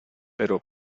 pero